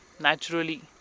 naturally